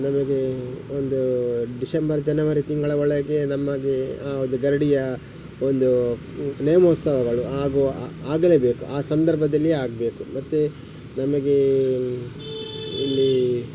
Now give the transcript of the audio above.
ನಮಗೆ ಒಂದು ಡಿಸೆಂಬರ್ ಜನವರಿ ತಿಂಗಳ ಒಳಗೆ ನಮಗೆ ಅದು ಗರಡಿಯ ಒಂದು ನೇಮೋತ್ಸವಗಳು ಆಗು ಆಗಲೇಬೇಕು ಆ ಸಂದರ್ಭದಲ್ಲಿಯೇ ಆಗಬೇಕು ಮತ್ತು ನಮಗೆ ಇಲ್ಲಿ